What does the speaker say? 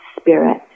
spirit